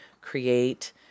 create